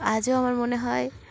আজও আমার মনে হয়